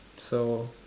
so